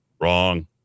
Wrong